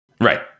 Right